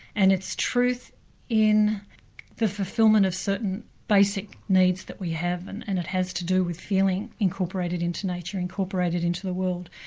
and it's truth in the fulfilment of certain basic needs that we have and and it has to do with feeling incorporated into nature, incorporated into the world.